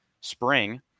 spring